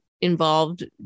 involved